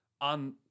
on